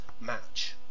match